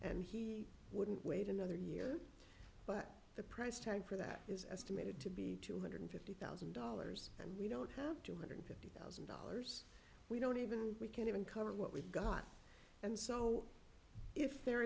and he wouldn't wait another year but the price tag for that is estimated to be two hundred and fifty thousand dollars and we don't have two hundred thousand dollars we don't even we can't even cover what we've got and so if there